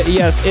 yes